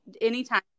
anytime